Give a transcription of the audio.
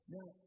Now